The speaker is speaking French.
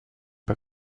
pas